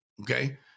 Okay